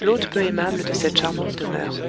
l'hôte peu aimable de cette charmante demeure